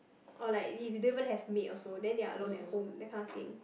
or like if don't even have maid also then they are alone at home that kind of thing